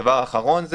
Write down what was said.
דבר אחרון.